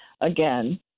again